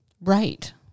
Right